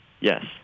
Yes